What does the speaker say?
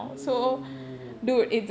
oh